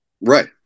Right